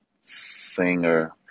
singer